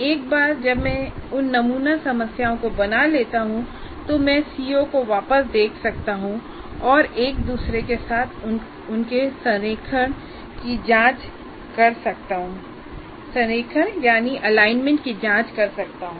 एक बार जब मैं उन नमूना समस्याओं को बना लेता हूं तो मैं सीओ को वापस देख सकता हूं और एक दूसरे के साथ उनके संरेखण की जांच कर सकता हूं